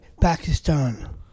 Pakistan